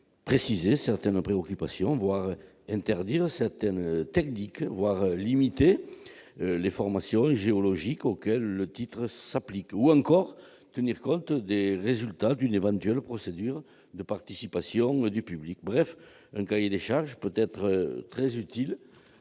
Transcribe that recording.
préciser certaines préoccupations, interdire certaines techniques, limiter les formations géologiques auxquelles le titre s'applique, ou encore tenir compte des résultats d'une éventuelle procédure de participation du public. En somme, dans certains cas, un cahier des charges peut être très utile.